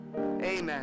Amen